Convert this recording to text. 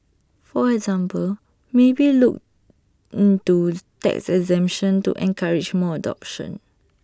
for example maybe look into tax exemption to encourage more adoption